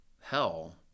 hell